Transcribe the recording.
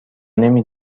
نمی